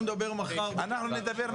אנחנו נדבר מחר אנחנו נדבר מחר.